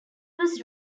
was